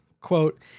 Quote